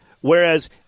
Whereas